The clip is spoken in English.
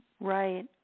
Right